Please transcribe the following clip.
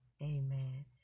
amen